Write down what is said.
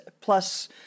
plus